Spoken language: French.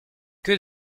que